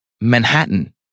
Manhattan